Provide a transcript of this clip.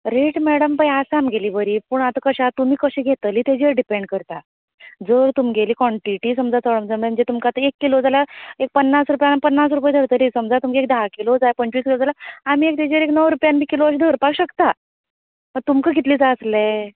rate madam पय आसा आमगेली बरी पूण आता कशें हा तुमी कशी घेतली तेजेर डिपेंड करता जर तुमगेली कोंटीटी समजा तळम आसा म्हणजे तुमकां आता एक किलो जाय जाल्या एक पन्नास रूपयान पन्नास रूपया देंवतली समजा तुमकां धातली एक णव जाय जाल्यार पंचवीस जाल्यार आमी एक तेजेर णव रूपयान किलोन बीन अशें धरपाक शकता पण तुमकां कितले जाय आसले